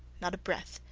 not a breath,